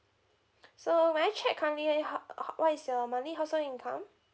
so when I check currently how how what is your monthly household income